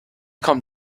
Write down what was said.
kommt